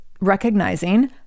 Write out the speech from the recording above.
recognizing